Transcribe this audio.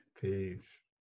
Peace